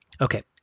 Okay